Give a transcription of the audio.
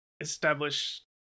establish